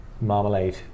marmalade